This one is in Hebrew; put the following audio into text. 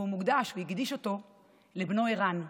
והוא הקדיש אותו לבנו ערן,